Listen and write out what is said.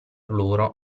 loro